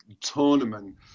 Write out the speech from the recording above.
tournament